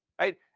right